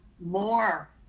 more